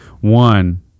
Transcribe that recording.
One